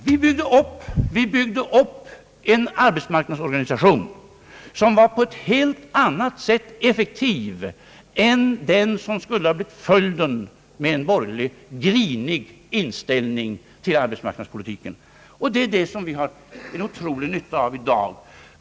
Vi har nu byggt upp en arbetsmarknadsorganisation som är effektiv på ett helt annat sätt än den som skulle ha blivit följden med en borgerlig grinig inställning till arbetsmarknadspolitiken. Det har vi en otrolig nytta av i dag.